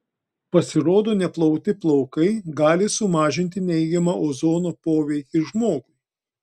pasirodo neplauti plaukai gali sumažinti neigiamą ozono poveikį žmogui